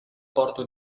porto